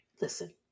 listen